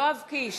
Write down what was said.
יואב קיש,